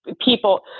people